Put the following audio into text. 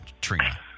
Trina